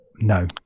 No